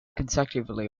consecutively